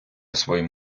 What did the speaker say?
своїм